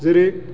जेरै